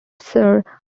sir